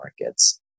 markets